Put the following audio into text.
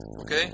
Okay